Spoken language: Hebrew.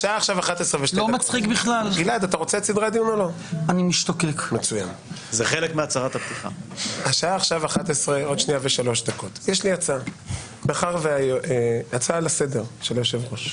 השעה עכשיו 11:02. מאחר וההצעה לסדר של היושב ראש,